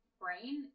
brain